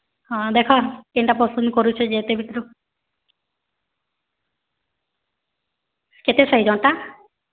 ହଁ ଦେଖ କେନ୍ତା ପସନ୍ଦ୍ କରୁଛ ଯେ ଏତେ ଭିତ୍ରୁ କେତେ ସାଇଜ୍ ଅଣ୍ଟା